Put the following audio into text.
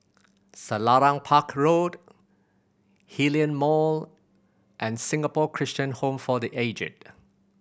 Selarang Park Road Hillion Mall and Singapore Christian Home for The Aged